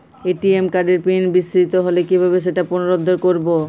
ATM কার্ডের pin বিস্মৃত হলে কীভাবে সেটা পুনরূদ্ধার করব?